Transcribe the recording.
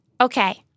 Okay